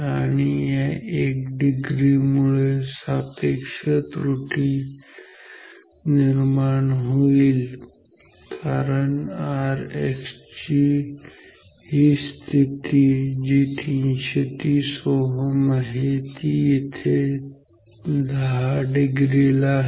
आणि या 1 डिग्री मुळे जास्त सापेक्ष त्रुटी निर्माण होईल कारण Rx ची हि स्थिती जी 330 Ω आहे ती येथे 10 डिग्रीला आहे